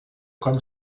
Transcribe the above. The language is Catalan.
com